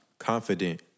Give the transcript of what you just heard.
confident